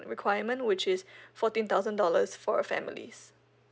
requirement which is fourteen thousand dollars for families